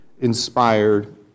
inspired